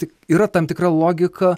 tik yra tam tikra logika